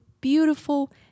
beautiful